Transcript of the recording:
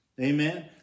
Amen